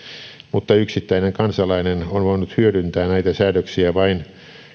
mutta yksittäinen kansalainen on voinut hyödyntää näitä säädöksiä vain